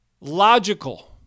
logical